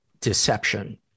deception